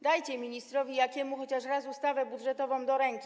Dajcie ministrowi Jakiemu chociaż raz ustawę budżetową do ręki.